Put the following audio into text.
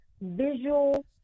visual